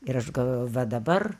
ir aš galvoju va dabar